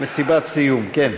מסיבת סיום, כן.